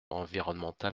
environnemental